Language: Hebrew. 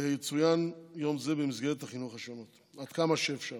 יצוין יום זה במסגרות החינוך השונות עד כמה שאפשר.